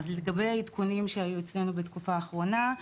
לגבי עדכונים שהיו אצלנו בתקופה האחרונה,